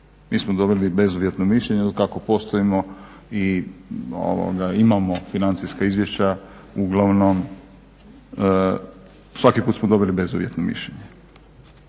Mi smo dobili bezuvjetno mišljenje. Otkako postojimo i imamo financijska izvješća uglavnom svaki put smo dobili bezuvjetno mišljenje.